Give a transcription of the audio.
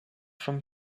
from